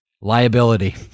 liability